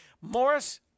Morris